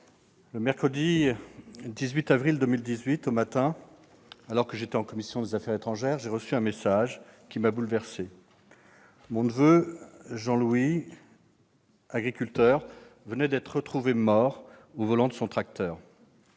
le mercredi 18 avril 2018 au matin, alors que j'étais en commission des affaires étrangères, j'ai reçu un message qui m'a bouleversé : mon neveu Jean-Louis, agriculteur, venait d'être retrouvé mort au volant de son tracteur.